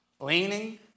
Leaning